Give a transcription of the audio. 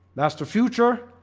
that's the future.